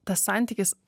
tas santykis